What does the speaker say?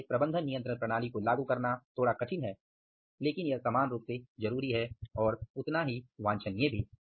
इसलिए MCS को लागू करना थोड़ा कठिन है लेकिन यह समान रूप से जरूरी है और उतना ही वांछनीय भी